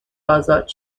ازاد